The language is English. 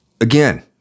Again